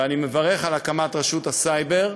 ואני מברך על הקמת רשות הסייבר.